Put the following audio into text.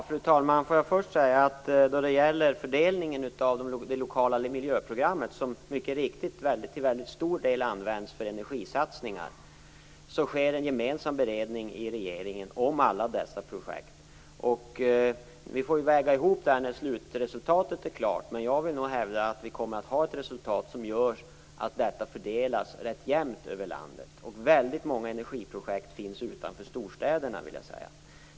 Fru talman! Får jag först säga att då det gäller fördelningen inom det lokala miljöprogrammet, som mycket riktigt till stor del används för energisatsningar, sker det en gemensam beredning i regeringen av alla dessa projekt. Vi får väga ihop detta när slutresultatet är klart. Men jag vill nog hävda att vi kommer att ha ett resultat som visar att det fördelas rätt jämnt över landet. Väldigt många energiprojekt finns utanför storstäderna, vill jag säga.